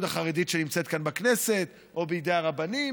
החרדית שנמצאת כאן בכנסת או בידי הרבנים.